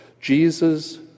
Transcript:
Jesus